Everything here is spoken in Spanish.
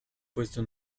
puesto